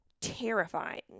terrifying